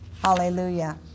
Hallelujah